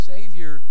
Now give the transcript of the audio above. Savior